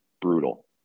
brutal